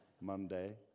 Monday